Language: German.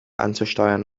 anzusteuern